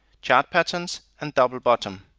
chart patterns, and double bottom.